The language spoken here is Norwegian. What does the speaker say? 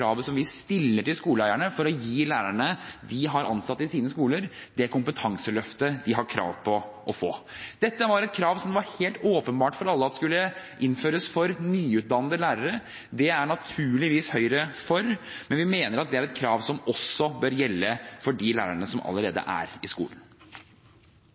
kravet som vi stiller til skoleeierne om å gi lærerne de har ansatt i sine skoler, det kompetanseløftet de har krav på å få. Dette var et krav som det var helt åpenbart for alle at skulle innføres for nyutdannede lærere. Det er naturligvis Høyre for, men vi mener at det er et krav som også bør gjelde for de lærerne som allerede er i skolen.